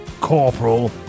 Corporal